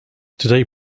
today